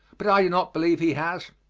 but i do not believe he has.